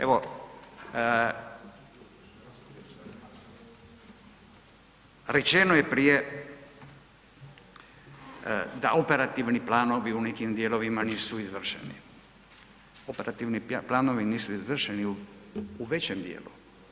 Evo rečeno je prije da operativni planovi u nekim dijelovima nisu izvršeni, operativni planovi nisu izvršeni u većim dijelu.